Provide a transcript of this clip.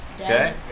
Okay